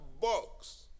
box